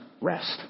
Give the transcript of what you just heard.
rest